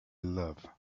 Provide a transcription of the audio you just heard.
love